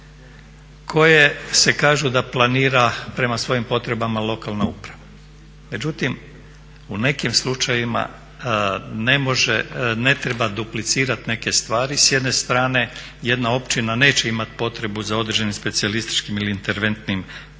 koje se kažu da planira prema svojim potrebama lokalna uprava. Međutim, u nekim slučajevima ne može, ne treba duplicirati neke stvari. S jedne strane jedna općina neće imati potrebu za određenim specijalističkim ili intervencijskim postrojbama,